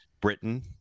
Britain